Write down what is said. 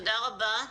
תודה רבה.